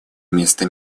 вместо